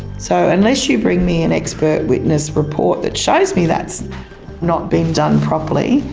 so unless you bring me an expert witness report that shows me that's not been done properly,